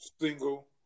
single